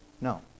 no